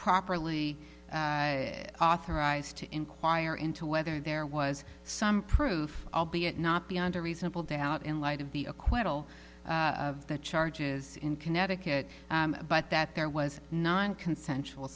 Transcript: properly authorized to inquire into whether there was some proof albeit not beyond a reasonable doubt in light of the acquittal of the charges in connecticut but that there was non consensual